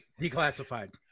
Declassified